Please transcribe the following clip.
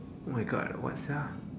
oh my god what sia